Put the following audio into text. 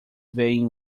vêem